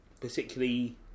Particularly